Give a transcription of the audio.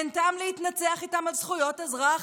אין טעם להתנצח איתם על זכויות אזרח,